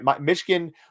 Michigan